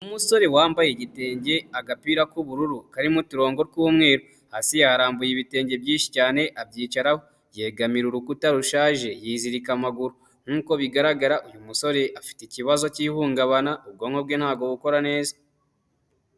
Umusore wambaye igitenge agapira k'ubururu karimo uturongo tw'umweru, hasi yaharambuye ibitenge byinshi cyane abyicaraho yegamira urukuta rushaje yizirika amaguru, nkuko bigaragara uyu musore afite ikibazo cy'ihungabana ubwonko bwe ntabwo bukora neza.